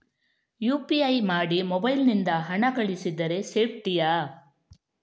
UPI ಮಾಡಿ mobile ನಿಂದ ಹಣ ಕಳಿಸಿದರೆ ಸೇಪ್ಟಿಯಾ?